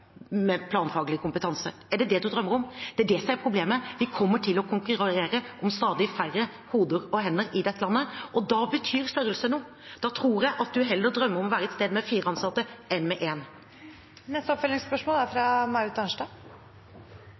med planfaglig kompetanse? Er det det man drømmer om? Det er det som er problemet: Vi kommer til å konkurrere om stadig færre hoder og hender i dette landet, og da betyr størrelse noe. Da tror jeg at man heller drømmer om å være et sted med fire ansatte enn med én. Marit Arnstad – til oppfølgingsspørsmål.